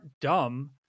dumb